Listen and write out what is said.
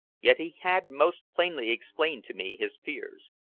yet he had most plainly explained to me his fears.